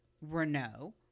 Renault